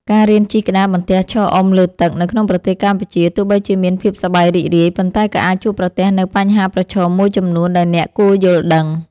ការរៀនជិះក្តារបន្ទះឈរអុំលើទឹកនៅក្នុងប្រទេសកម្ពុជា ទោះបីជាមានភាពសប្បាយរីករាយ ប៉ុន្តែក៏អាចជួបប្រទះនូវបញ្ហាប្រឈមមួយចំនួនដែលអ្នកគួរយល់ដឹង។